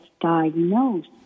diagnosed